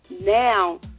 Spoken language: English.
now